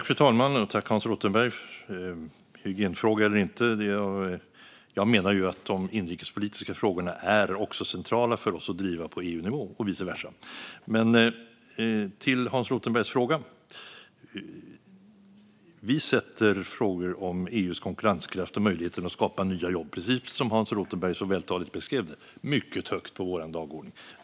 Fru talman! Hygienfråga eller inte - jag menar att de inrikespolitiska frågorna också är centrala för oss att driva på EU-nivå och vice versa. Till Hans Rothenbergs frågor! Vi sätter frågorna om EU:s konkurrenskraft och möjligheten att skapa nya jobb, som Hans Rothenberg så vältaligt beskrev, mycket högt på vår dagordning.